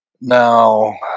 Now